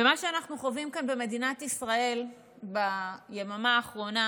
ומה שאנחנו חווים כאן במדינת ישראל ביממה האחרונה,